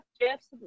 Jeff's